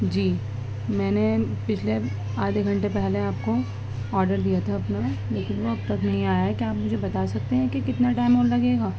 جی میں نے پچھلے آدھے گھنٹے پہلے آپ کو آڈر دیا تھا اپنا لیکن وہ اب تک نہیں آیا ہے کیا آپ مجھے بتا سکتے ہیں کہ کتنا ٹائم اور لگے گا